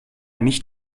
nicht